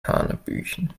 hanebüchen